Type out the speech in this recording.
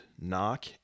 knock